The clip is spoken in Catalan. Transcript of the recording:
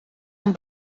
amb